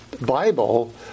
Bible